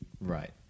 right